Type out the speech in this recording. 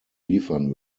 liefern